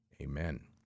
Amen